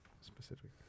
specific